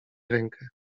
rękę